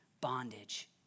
bondage